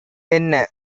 என்ன